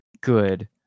good